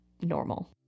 normal